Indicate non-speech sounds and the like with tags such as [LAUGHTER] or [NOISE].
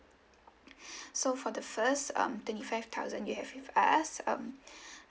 [BREATH] so for the first um twenty five thousand you have with us um [BREATH]